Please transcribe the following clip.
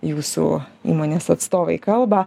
jūsų įmonės atstovai kalba